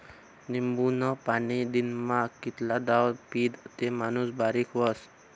लिंबूनं पाणी दिनमा कितला दाव पीदं ते माणूस बारीक व्हस?